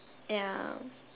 ya